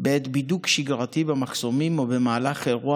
בעת בידוק שגרתי במחסומים או במהלך אירוע